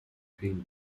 between